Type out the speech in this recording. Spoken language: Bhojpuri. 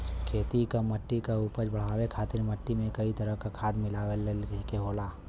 खेती क मट्टी क उपज बढ़ाये खातिर मट्टी में कई तरह क खाद मिलाये के होला